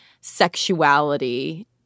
sexuality